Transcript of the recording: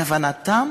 כוונתם